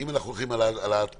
אם אנחנו הולכים על הגדלת הקנסות,